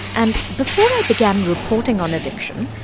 and before i began reporting on addiction,